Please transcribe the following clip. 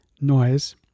noise